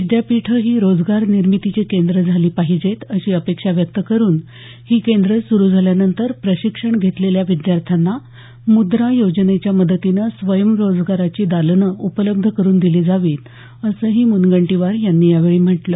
विद्यापीठं ही रोजगार निर्मितीची केंद्रं झाली पाहिजेत अशी अपेक्षा व्यक्त करून ही केंद्रं सुरु झाल्यानंतर प्रशिक्षण घेतलेल्या विद्यार्थ्यांना मुद्रा योजनेच्या मदतीनं स्वयंरोजगाराची लानं उपलब्ध करून दिली जावीत असंही मुनगंटीवार यांनी यावेळी म्हटलं